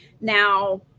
Now